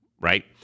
right